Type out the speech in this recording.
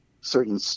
Certain